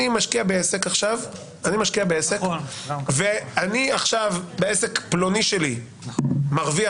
אני משקיע בעסק עכשיו ואני עכשיו בעסק פלוני שלי מרוויח,